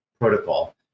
protocol